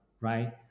right